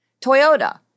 Toyota